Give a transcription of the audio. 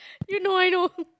you know I know